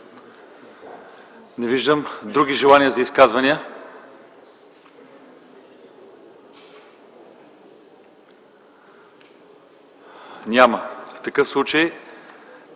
Не виждам. Други желания за изказвания? Няма. В такъв случай